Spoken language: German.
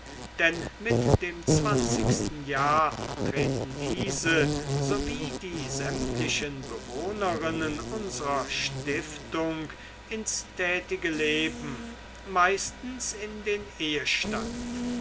denn mit dem zwanzigsten jahr treten diese so wie die sämtlichen bewohnerinnen unserer stiftung ins tätige leben meistens in den ehestand